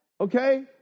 Okay